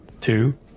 Two